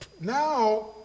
now